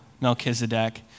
Melchizedek